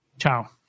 Ciao